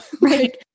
right